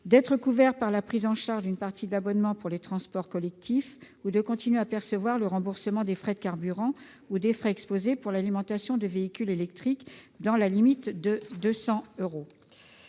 d'être couvert par la prise en charge d'une partie de l'abonnement pour les transports collectifs, ou de continuer à percevoir le remboursement des frais de carburant ou des frais exposés pour l'alimentation de véhicules électriques, dans la limite de 200 euros